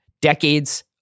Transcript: decades